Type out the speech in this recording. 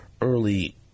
early